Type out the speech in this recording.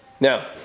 Now